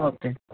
okay